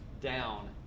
down